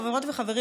חברות וחברים,